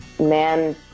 Man